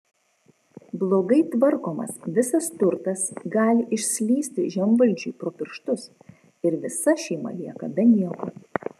blogai tvarkomas visas turtas gali išslysti žemvaldžiui pro pirštus ir visa šeima lieka be nieko